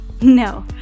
No